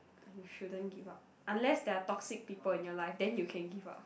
you shouldn't give up unless there are toxic people in your life then you can give up